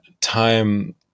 time